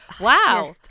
wow